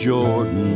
Jordan